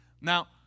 Now